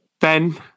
Ben